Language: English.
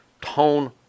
tone